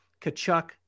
Kachuk